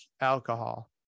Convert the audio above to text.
alcohol